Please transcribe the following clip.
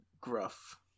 gruff